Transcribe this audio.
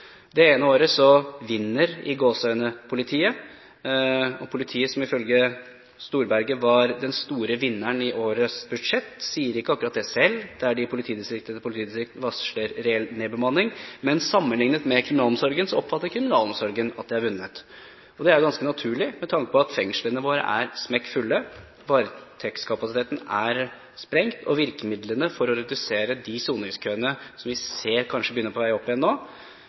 Det ene året «vinner» politiet. Politiet, som ifølge Storberget var den store vinneren i årets budsjett, sier ikke akkurat det selv, der de i politidistrikt etter politidistrikt varsler reell nedbemanning. Men sammenlignet med kriminalomsorgen oppfatter kriminalomsorgen at de har vunnet. Og det er jo ganske naturlig med tanke på at fengslene våre er smekk fulle. Varetektskapasiteten er sprengt, og virkemidlene for å redusere soningskøene som vi ser kanskje er på vei opp igjen nå,